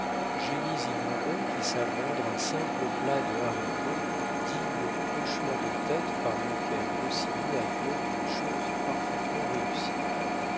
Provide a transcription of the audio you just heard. génies ignorés qui savent rendre un simple plat de haricots digne du hochement de tête par lequel rossini accueille une chose parfaitement réussie